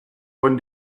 von